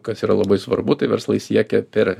kas yra labai svarbu tai verslai siekia per